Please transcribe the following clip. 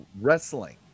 wrestling